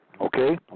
Okay